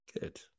Good